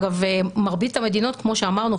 מרבית המדינות כמו שאמרנו,